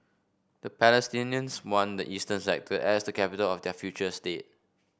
the Palestinians want the eastern sector as the capital of their future state